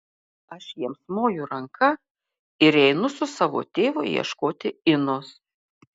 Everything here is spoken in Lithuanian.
aš jiems moju ranka ir einu su savo tėvu ieškoti inos